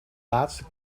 laatste